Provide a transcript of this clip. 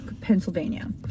Pennsylvania